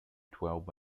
twelve